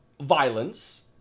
violence